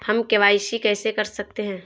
हम के.वाई.सी कैसे कर सकते हैं?